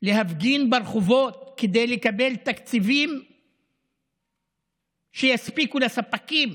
להפגין ברחובות כדי לקבל תקציבים שיספיקו לספקים